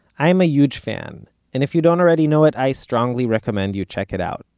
i'm a huge fan, and if you don't already know it, i strongly recommend you check it out.